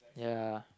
ya